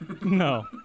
No